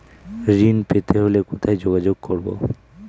ঋণ পেতে হলে কোথায় যোগাযোগ করব?